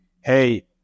hey